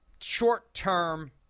short-term